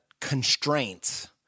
constraints